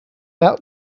out